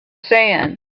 sand